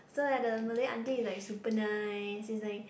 so that the Malay auntie is like super nice is like